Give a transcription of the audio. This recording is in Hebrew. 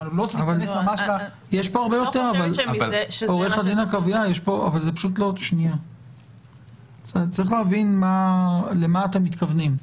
עורכת הדין עקביה, צריך להבין למה אתם מתכוונים.